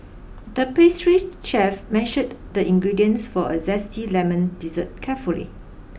the pastry chef measured the ingredients for a zesty lemon dessert carefully